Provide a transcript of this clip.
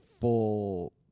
full